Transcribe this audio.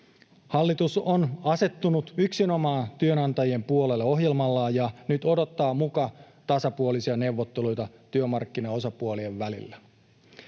Hallitus on asettunut yksinomaan työnantajien puolelle ohjelmallaan ja nyt odottaa muka tasapuolisia neuvotteluita työmarkkinaosapuolien välillä.